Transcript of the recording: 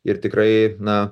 ir tikrai na